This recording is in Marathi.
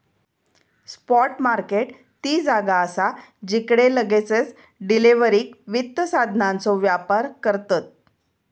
स्पॉट मार्केट ती जागा असा जिकडे लगेच डिलीवरीक वित्त साधनांचो व्यापार करतत